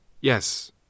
Yes